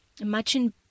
Imagine